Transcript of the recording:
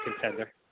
contender